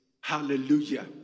Hallelujah